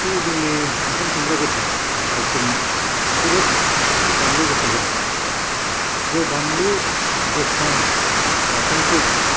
बे जोंनि ओंखाम संग्रा गथ'आ हस्टेलनि जोबोद माने बानलु गोसा होदोंमोन जे बानलु गोसा बाथोनखौ